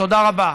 תודה רבה.